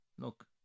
look